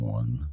one